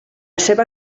seva